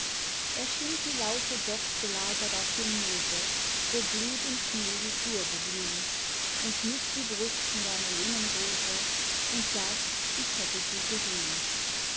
er stimmt die laute dort gelagert auf dem moose wo blut und schnee die flur beblühmt und schmückt die brust mit einer jungen rose und sagt ich hätte sie gerühmt